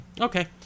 Okay